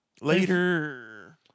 Later